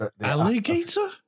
Alligator